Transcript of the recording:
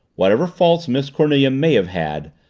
whatever faults miss cornelia may have had,